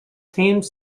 teams